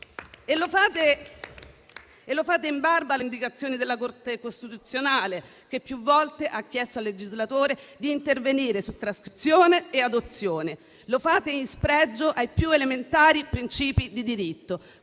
Lo fate in barba alle indicazioni della Corte costituzionale, che più volte ha chiesto al legislatore di intervenire su trascrizione e adozione. Lo fate in spregio ai più elementari principi di diritto.